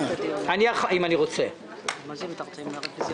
יש פה נציג של המל"ג?